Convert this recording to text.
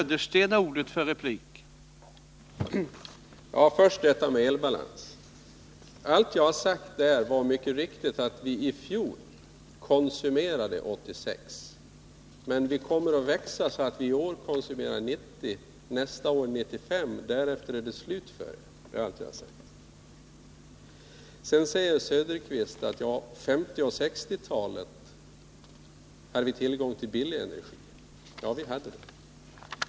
Herr talman! Först frågan om elbalans. Det jag sade var mycket riktigt att vi i fjol konsumerade 86 TWh, men att den siffran kommer att växa så att vi i år konsumerar 90 TWh och nästa år 95. Därefter är det slut för er — det är allt jag har sagt. Sedan säger Oswald Söderqvist att vi på 1950 och 1960-talen hade tillgång till billig energi. Ja, vi hade det.